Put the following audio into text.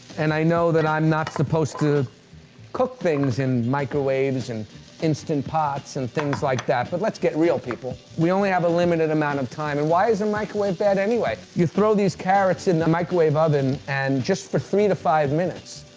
and i know that i'm not supposed to cook things in microwaves and instant pots and things like that. but let's get real, people, we only have a limited amount of time. and why is a microwave bad anyway? you throw these carrots in the microwave oven just for three to five minutes,